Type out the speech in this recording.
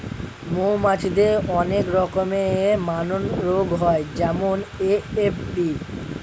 মৌমাছিদের অনেক রকমের মারণরোগ হয় যেমন এ.এফ.বি